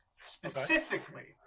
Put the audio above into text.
specifically